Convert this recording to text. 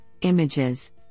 images